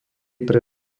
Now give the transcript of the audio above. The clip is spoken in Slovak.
pre